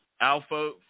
alpha